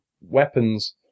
weapons